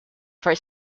for